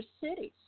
cities